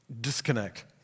Disconnect